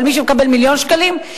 אבל מי שמקבל מיליון שקלים,